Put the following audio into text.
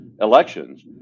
elections